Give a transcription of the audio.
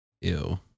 Ew